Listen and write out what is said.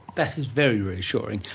that is very reassuring.